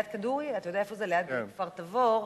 כפר-תבור,